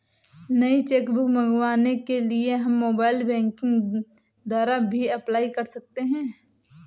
नई cheque book मंगवाने के लिए हम मोबाइल बैंकिंग द्वारा भी अप्लाई कर सकते है